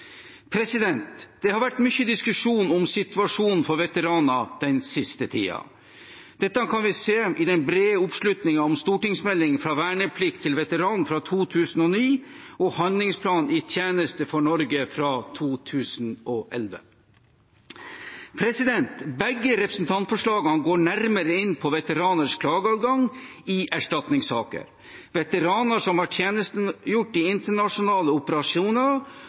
Det har vært mye diskusjon om situasjonen til veteraner den siste tiden. Dette kan vi se i den brede oppslutningen om St. meld. nr. 34 for 2008–2009, Fra vernepliktig til veteran og handlingsplanen I tjeneste for Norge fra 2011. Begge representantforslagene går nærmere inn på veteraners klageadgang i erstatningssaker. Veteraner som har tjenestegjort i internasjonale operasjoner,